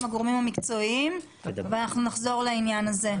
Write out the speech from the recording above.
הגורמים המקצועיים ונחזור לעניין הזה.